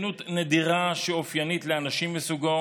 בכנות נדירה שאופיינית לאנשים מסוגו